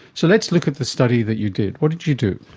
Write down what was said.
so let's look at the study that you did. what did you do?